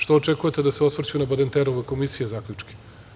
Šta očekujete da se osvrću na Badenterove komisije zaključke?